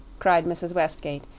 cried mrs. westgate,